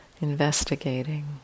investigating